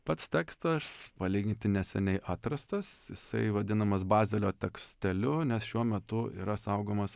pats tekstas palyginti neseniai atrastas jisai vadinamas bazelio teksteliu nes šiuo metu yra saugomas